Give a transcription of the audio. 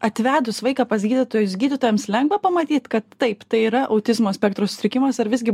atvedus vaiką pas gydytojus gydytojams lengva pamatyt kad taip tai yra autizmo spektro sutrikimas ar visgi